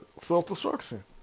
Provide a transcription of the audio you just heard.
self-destruction